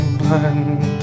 blind